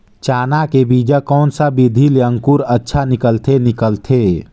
चाना के बीजा कोन सा विधि ले अंकुर अच्छा निकलथे निकलथे